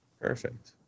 Perfect